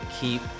keep